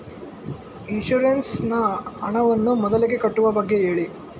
insurance ನ ಹಣವನ್ನು ಮೊದಲಿಗೆ ಕಟ್ಟುವ ಬಗ್ಗೆ ಹೇಳಿ